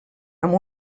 amb